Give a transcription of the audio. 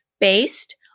based